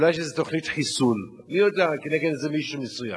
אולי יש איזה תוכנית חיסול כנגד מישהו מסוים?